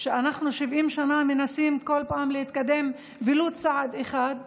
כשאנחנו 70 שנה מנסים כל פעם להתקדם ולו צעד אחד,